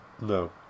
No